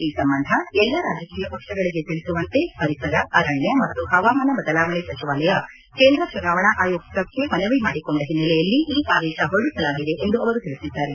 ಈ ಸಂಬಂಧ ಎಲ್ಲಾ ರಾಜಕೀಯ ಪಕ್ಷಗಳಿಗೆ ತಿಳಿಸುವಂತೆ ಪರಿಸರ ಅರಣ್ಯ ಮತ್ತು ಹವಾಮಾನ ಬದಲಾವಣೆ ಸಚಿವಾಲಯ ಕೇಂದ್ರ ಚುನಾವಣಾ ಆಯೋಗಕ್ಕೆ ಮನವಿ ಮಾಡಿಕೊಂಡ ಹಿನ್ನೆಲೆಯಲ್ಲಿ ಈ ಆದೇಶ ಹೊರಡಿಸಲಾಗಿದೆ ಎಂದು ಅವರು ತಿಳಿಸಿದ್ದಾರೆ